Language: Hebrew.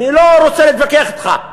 אני לא רוצה להתווכח אתך,